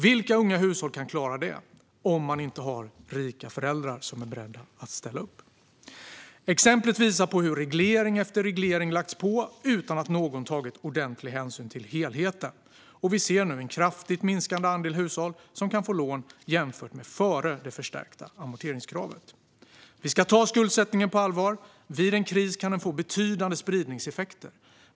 Vilka unga hushåll kan klara detta, om de inte har rika föräldrar som är beredda att ställa upp? Exemplet visar på hur reglering efter reglering har lagts på utan att någon tagit ordentlig hänsyn till helheten. Vi ser nu en kraftigt minskande andel hushåll som kan få lån jämfört med före det förstärkta amorteringskravet. Vi ska ta skuldsättningen på allvar. Vid en kris kan den få betydande spridningseffekter.